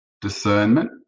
discernment